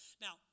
Now